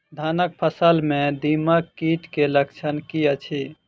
धानक फसल मे दीमक कीट केँ लक्षण की अछि?